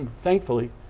thankfully